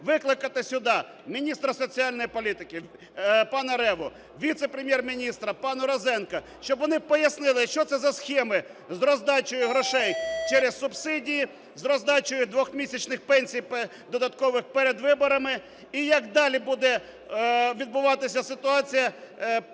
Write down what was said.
Викликати сюди міністра соціальної політики пана Реву, віце-прем'єр-міністра пана Розенка, щоб вони пояснили, що це за схеми з роздачею грошей через субсидії, з роздачею двохмісячних пенсій додаткових перед виборами і як далі буде відбуватися ситуація